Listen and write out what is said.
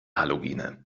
halogene